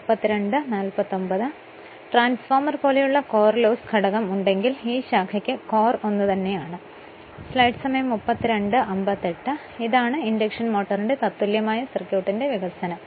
അതിനാൽ ട്രാൻസ്ഫോർമർ പോലെയുള്ള core loss ഘടകം ഉണ്ടെങ്കിൽ ഈ ശാഖയ്ക്ക് കോർ ഒന്നുതന്നെയാണ് ഇതാണ് ഇൻഡക്ഷൻ മോട്ടോറിന്റെ തത്തുല്യമായ സർക്യൂട്ടിന്റെ വികസനo